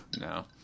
No